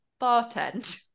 bartend